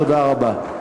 תודה רבה.